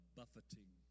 buffeting